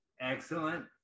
excellent